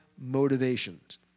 motivations